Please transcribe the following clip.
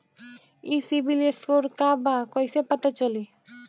ई CIBIL score का बा कइसे पता चली?